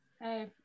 Hey